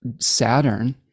Saturn